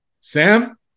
Sam